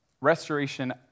restoration